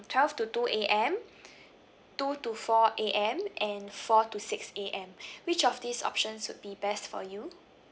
twelve to two A_M two to four A_M and four to six A_M which of these options would be best for you